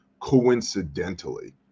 coincidentally